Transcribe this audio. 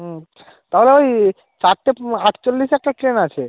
হুম তাহলে ওই চারটে আটচল্লিশে একটা ট্রেন আছে